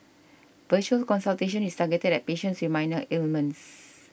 virtual consultation is targeted at patients with minor ailments